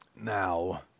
Now